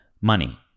money